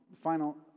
final